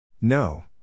No